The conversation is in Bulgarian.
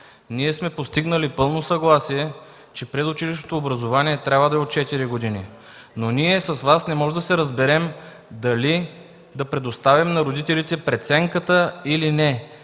Ние сме постигнали пълно съгласие, че предучилищното образование трябва да е от 4 години. Но с Вас не можем да се разберем дали да предоставим на родителите преценката, или не.